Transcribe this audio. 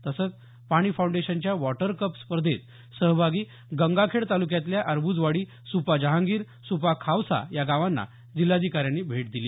तसंच पाणी फाउंडेशनच्या वॉटर कप स्पर्धेत सहभागी गंगाखेड तालुक्यातल्या अरब्जवाडी सुप्पा जहांगिर सुप्पा खावसा या गावांना जिल्हाधिकाऱ्यांनी भेट दिली